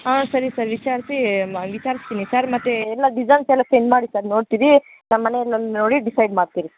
ಹಾಂ ಸರಿ ಸರ್ ವಿಚಾರಿಸಿ ವಿಚಾರಿಸ್ತಿನಿ ಸರ್ ಮತ್ತು ಎಲ್ಲ ಡಿಸೈನ್ಸ್ ಎಲ್ಲ ಸೆಂಡ್ ಮಾಡಿ ಸರ್ ನೋಡ್ತೀವಿ ನಮ್ಮ ಮನೆಯಲ್ಲದ್ನ ನೋಡಿ ಡಿಸೈಡ್ ಮಾಡ್ತೀವಿ